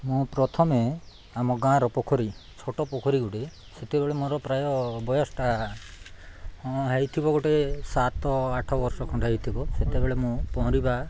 ମୁଁ ପ୍ରଥମେ ଆମ ଗାଁର ପୋଖରୀ ଛୋଟ ପୋଖରୀ ଗୋଟେ ସେତେବେଳେ ମୋର ପ୍ରାୟ ବୟସଟା ହଁ ହୋଇଥିବ ଗୋଟେ ସାତ ଆଠ ବର୍ଷ ଖଣ୍ଡେ ହୋଇଥିବ ସେତେବେଳେ ମୁଁ ପହଁରିବା